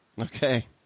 Okay